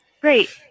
great